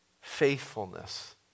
faithfulness